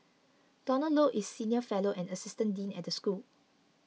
Donald Low is senior fellow and assistant dean at the school